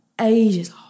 ages